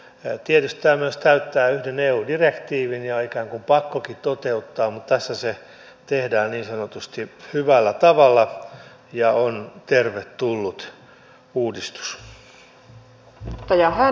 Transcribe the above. tietysti tämä myös täyttää yhden eu direktiivin ja on ikään kuin pakkokin toteuttaa mutta tässä se tehdään niin sanotusti hyvällä tavalla ja tämä on tervetullut uudistus